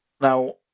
Now